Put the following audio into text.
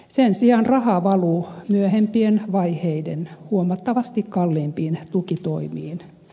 sen sijaan rahaa valuu myöhempien vaiheiden huomattavasti kalliimpiin tukitoimiin